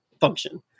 function